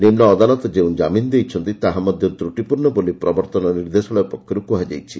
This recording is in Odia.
ନିମ୍ବ ଅଦାଲତ ଯେଉଁ ଜାମିନ ଦେଇଛନ୍ତି ତାହା ମଧ୍ୟ ତ୍ରଟିପୂର୍ଣ୍ଣ ବୋଲି ପ୍ରବର୍ତ୍ତନ ନିର୍ଦ୍ଦେଶାଳୟ ପକ୍ଷରୁ କୁହାଯାଇଛି